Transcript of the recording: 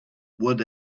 what